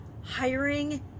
hiring